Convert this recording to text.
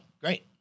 great